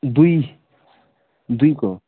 दुई दुईको